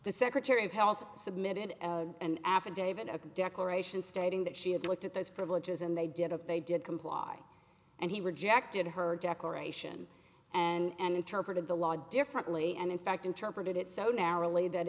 the secretary of health submitted an affidavit a declaration stating that she had looked at those privileges and they did of they did comply and he rejected her declaration and interpreted the law differently and in fact interpreted it so narrowly that